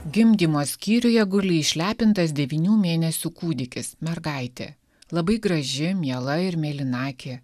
gimdymo skyriuje guli išlepintas devynių mėnesių kūdikis mergaitė labai graži miela ir mėlynakė